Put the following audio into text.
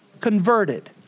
converted